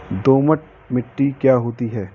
दोमट मिट्टी क्या होती हैं?